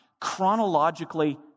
Chronologically